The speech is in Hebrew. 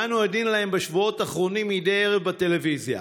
שאנו עדים להן בשבועות האחרונים מדי ערב בטלוויזיה